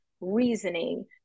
Reasoning